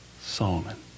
Solomon